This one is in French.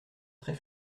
très